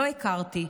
לא הכרתי,